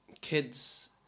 kids